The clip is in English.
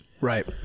Right